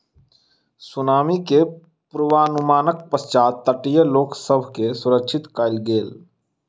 tsunami के पुर्वनुमानक पश्चात तटीय लोक सभ के सुरक्षित कयल गेल